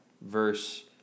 verse